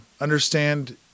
understand